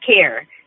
care